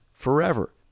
forever